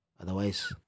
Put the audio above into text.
otherwise